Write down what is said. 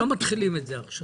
לא מתחילים את זה עכשיו.